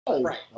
Right